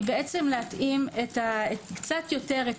להתאים קצת יותר את